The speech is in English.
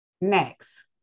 Next